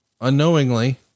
unknowingly